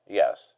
yes